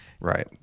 right